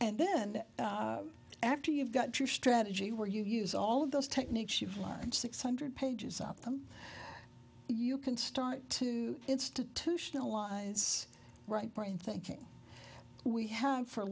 and then after you've got your strategy where you use all of those techniques you've learned six hundred pages about them you can start to institutionalize right brain thinking we have for